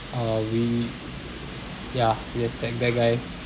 uh we ya yes that that guy